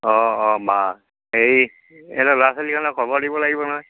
অঁ অঁ বাৰু হেৰি এনে ল'ৰা ছোৱালীবিলাকক খবৰ দিব লাগিব নহয়